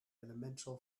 elemental